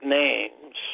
names